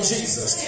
Jesus